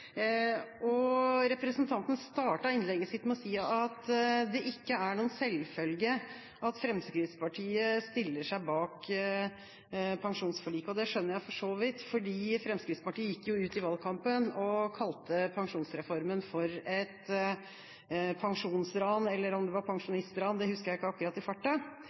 tilbake. Representanten startet innlegget sitt med å si at det ikke er noen selvfølge at Fremskrittspartiet stiller seg bak pensjonsforliket. Det skjønner jeg for så vidt, for Fremskrittspartiet gikk ut i valgkampen og kalte pensjonsreformen for et pensjonsran – eller om det var pensjonistran, det husker jeg ikke akkurat i farta.